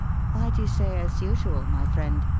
why do you say as usual my friend?